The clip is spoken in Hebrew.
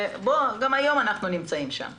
וגם היום אנחנו נמצאים בעת חירום.